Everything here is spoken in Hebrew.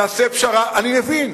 נעשה פשרה, אני מבין.